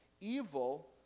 evil